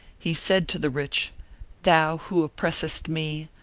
he said to the rich thou who oppressest me,